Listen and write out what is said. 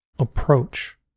Approach